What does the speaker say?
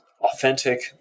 authentic